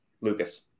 Lucas